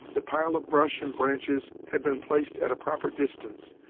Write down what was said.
the pile of brush and branches had been placed at a proper distance,